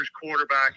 quarterback